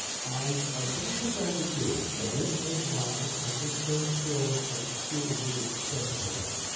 i i don't think i could do it. i don't know why. i just don't feel that my skills would extend to that.